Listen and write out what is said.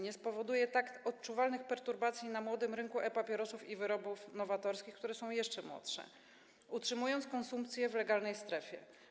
Nie spowoduje tak odczuwalnych perturbacji na młodym rynku e-papierosów i rynku wyrobów nowatorskich, które są jeszcze młodsze, utrzymując konsumpcję w legalnej strefie.